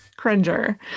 cringer